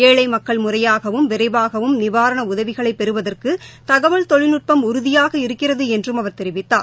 ஏழைமக்கள் முறையாகவும் விரைவாகவும் நிவாரணஉதவிகளைப் பெறுவதற்குதகவல் தொழில்நுட்பம் உறுதியாக இருக்கிறதுஎன்றும் அவர் தெரிவித்தார்